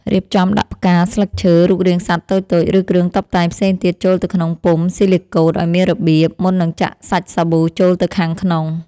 រៀបចំដាក់ផ្កា ស្លឹកឈើ រូបរាងសត្វតូចៗ ឬគ្រឿងតុបតែងផ្សេងទៀតចូលទៅក្នុងពុម្ពស៊ីលីកូតឱ្យមានរបៀប មុននឹងចាក់សាច់សាប៊ូចូលទៅខាងក្នុង។